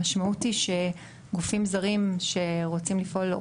המשמעות היא שגופים זרים שרוצים לפעול או